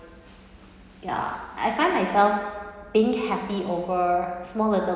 ya I find myself being happy over small little